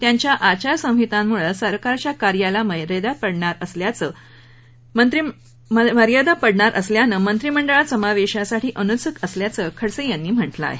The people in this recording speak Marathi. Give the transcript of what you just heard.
त्यांच्या आचारसंहितांमुळं सरकारच्या कार्याला मर्यादा पडणार असल्यानं मंत्रिमंडळात समावेशासाठी अनुत्सुक असल्याचं खडसे यांनी म्हटलं आहे